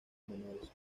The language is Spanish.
menores